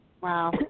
Wow